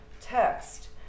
text